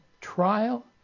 trial